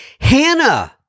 Hannah